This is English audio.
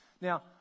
Now